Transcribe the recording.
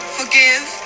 forgive